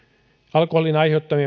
alkoholin